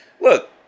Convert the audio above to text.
Look